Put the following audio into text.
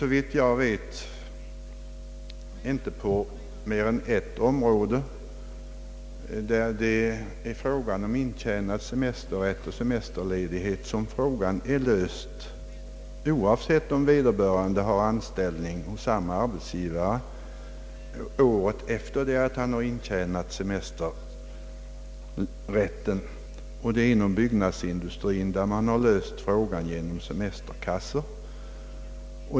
Såvitt jag vet finns det bara ett område där man löst denna fråga om se mesterledighet oavsett om vederbörande har anställning hos annan arbetsgivare året efter det han intjänat semesterrätten. Det är inom byggnadsindustrin där man löst frågan genom semesterkassor.